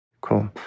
Cool